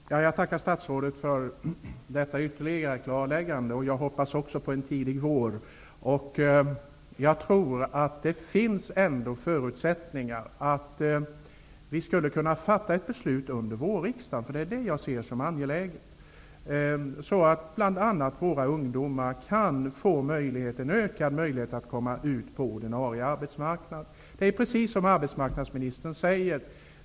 Herr talman! Jag tackar statsrådet för detta ytterligare klarläggande. Också jag hoppas på en tidig vår. Jag tror ändå att det finns förutsättningar att fatta ett beslut under vårriksdagen. Det ser jag som angeläget, eftersom bl.a. våra ungdomar därigenom kan få en ökad möjlighet att komma ut på en ordinarie arbetsmarknad. Det är precis som arbetsmarknadsministern säger.